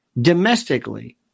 domestically